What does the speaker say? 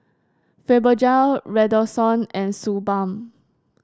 Fibogel Redoxon and Suu Balm